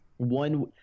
One